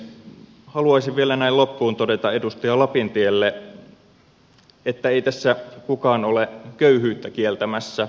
haluaisin vielä näin loppuun todeta edustaja lapintielle että ei tässä kukaan ole köyhyyttä kieltämässä